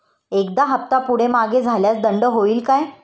एखादा हफ्ता पुढे मागे झाल्यास दंड होईल काय?